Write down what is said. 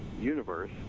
universe